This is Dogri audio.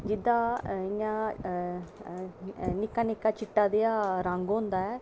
जेह्दा इंया निक्का निक्का देआ चिट्टा रंग होंदा